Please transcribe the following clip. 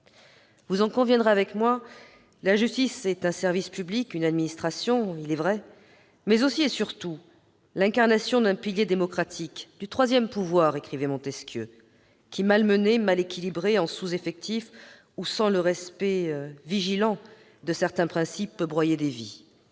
Vous en conviendrez avec moi, la justice est un service public, une administration, certes, mais aussi et surtout l'incarnation d'un pilier de la démocratie, du « troisième pouvoir » décrit par Montesquieu, qui, malmené, mal équilibré, faute d'effectifs suffisants ou de respect vigilant de certains principes, peut broyer des vies.